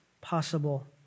possible